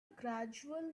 gradual